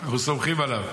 אנחנו סומכים עליו.